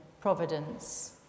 providence